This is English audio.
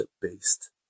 based